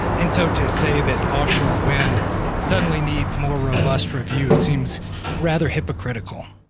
and so to say that offshore wind suddenly needs more robust review seems rather hypocritical.